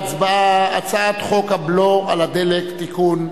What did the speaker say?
הצעת חוק הבלו על הדלק (תיקון,